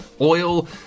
oil